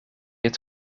het